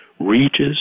reaches